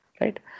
right